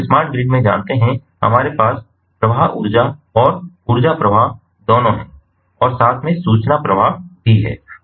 तो एक smart grid में जानते हैं हमारे पास प्रवाह ऊर्जा और ऊर्जा प्रवाह दोनों हैं और साथ में सूचना प्रवाह भी है